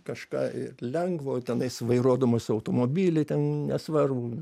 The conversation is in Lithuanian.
kažką ir lengvo tenais vairuodamas automobilį ten nesvarbu